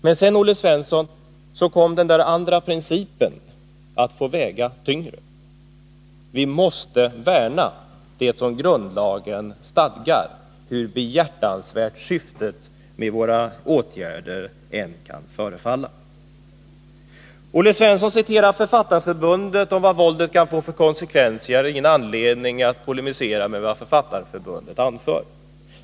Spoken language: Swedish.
Men sedan, Olle Svensson, kom hänsynen till yttrandefrihetens priciper att få väga tyngre. Vi måste värna om det som är grundlagens anda och stadga, hur behjärtansvärt syftet med våra åtgärder än kan förefalla. Olle Svensson citerar Författarförbundets uttalande om vad våldet kan få för konsekvenser. Jag har ingen anledning att polemisera mot vad Författarförbundet har anfört.